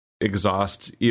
exhaust